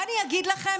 מה אני אגיד לכם,